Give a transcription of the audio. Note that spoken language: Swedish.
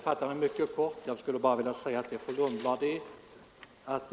Herr talman! Jag skall fatta mig mycket kort.